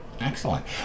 Excellent